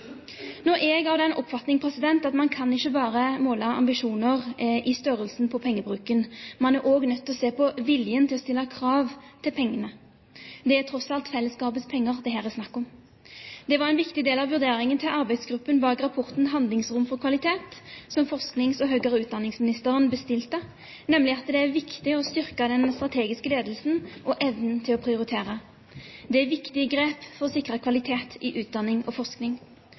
Nå er jeg av den oppfatning at man kan ikke bare måle ambisjoner i størrelsen på pengebruken. Man er også nødt til å se på viljen til å stille krav til pengene – det er tross alt fellesskapets penger det her er snakk om. Det var en viktig del av vurderingen til arbeidsgruppen bak rapporten Handlingsrom for kvalitet, som forsknings- og høyere utdanningsministeren bestilte, nemlig at det er viktig å styrke den strategiske ledelsen og evnen til å prioritere. Det er viktige grep for å sikre kvalitet i utdanning og forskning.